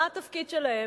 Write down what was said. מה התפקיד שלהם,